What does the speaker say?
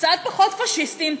קצת פחות פאשיסטים,